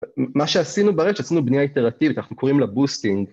מה שעשינו ברשת, עשינו בנייה איטרטיבית, אנחנו קוראים לה Boosting.